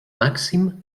màxim